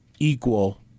equal